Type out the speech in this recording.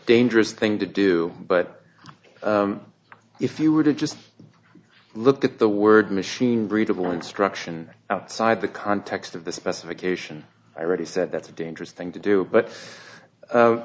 dangerous thing to do but if you were to just look at the word machine readable instruction outside the context of the specification i really said that's a dangerous thing to do but